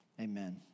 Amen